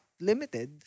limited